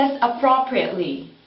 appropriately